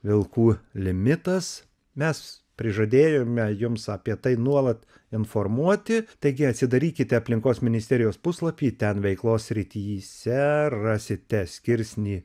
vilkų limitas mes prižadėjome jums apie tai nuolat informuoti taigi atsidarykite aplinkos ministerijos puslapį ten veiklos srityse rasite skirsnį